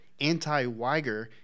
anti-weiger